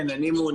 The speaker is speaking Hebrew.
כן, אני מעונין.